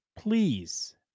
Please